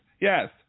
yes